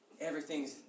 everything's